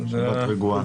שבת רגועה.